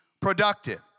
productive